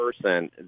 person